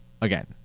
again